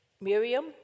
Miriam